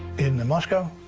in moscow,